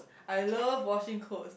I love washing clothes